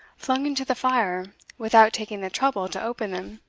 flung into the fire without taking the trouble to open them.